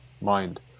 mind